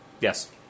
Yes